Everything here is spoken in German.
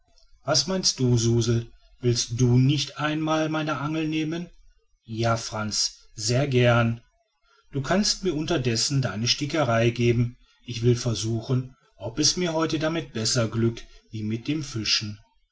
was meinst du suzel willst du nicht ein mal meine angel nehmen ja frantz sehr gern du kannst mir unterdessen deine stickerei geben ich will versuchen ob es mir heute damit besser glückt wie mit dem fischen